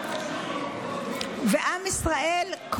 ועם ישראל,